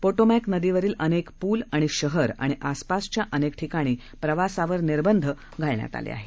पोटोमक्त नदीवरील अनेक पूल आणि शहर आणि आसपासच्या अनेक ठिकाणी प्रवासावर निर्बंध घालण्यात आले आहेत